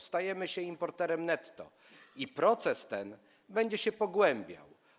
Stajemy się importerem netto i proces ten będzie się pogłębiał.